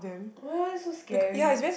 !wah! so scary